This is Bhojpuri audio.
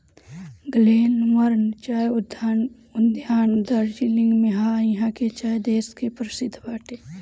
ग्लेनबर्न चाय उद्यान दार्जलिंग में हअ इहा के चाय देश के परशिद्ध बाटे